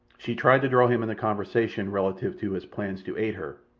she tried to draw him into conversation relative to his plans to aid her,